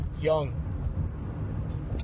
Young